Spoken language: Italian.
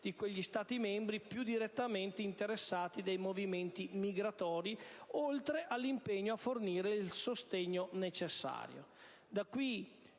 di quegli Stati membri più direttamente interessati dai movimenti migratori, oltre all'impegno a fornire il sostegno necessario.